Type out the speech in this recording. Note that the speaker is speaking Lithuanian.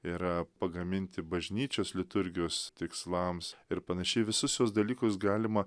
yra pagaminti bažnyčios liturgijos tikslams ir panašiai visus juos dalykus galima